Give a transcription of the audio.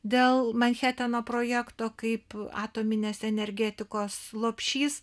dėl manheteno projekto kaip atominės energetikos lopšys